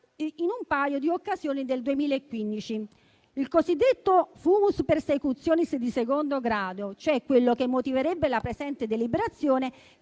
in un paio di occasioni nel 2015. Il cosiddetto *fumus persecutionis* di secondo grado, quello che motiverebbe la presente deliberazione,